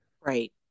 Right